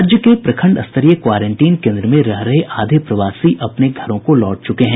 राज्य के प्रखंड स्तरीय क्वारेंटीन केन्द्र में रह रहे आधे प्रवासी अपने घरों को लौट चुके हैं